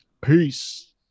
Peace